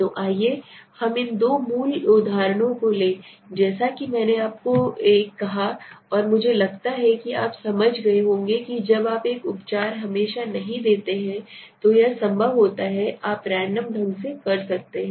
तो आइए हम इन दो मूल उदाहरणों को लें जैसा कि मैंने आपको एक कहा और मुझे लगता है कि आप समझ गए होंगे कि जब आप एक उपचार हमेशा नहीं देते हैं तो यह संभव होता है आप रैंडम ढंग से कर सकते हैं